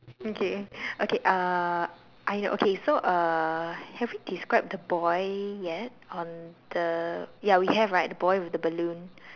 okay okay uh I know okay so uh have we describe the boy yet on the ya we have right the boy with the balloon